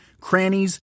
crannies